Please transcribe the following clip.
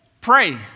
pray